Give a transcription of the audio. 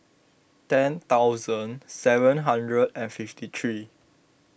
ten thousand seven hundred and fifty three